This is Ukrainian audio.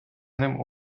ним